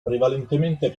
prevalentemente